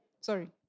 Sorry